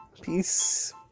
Peace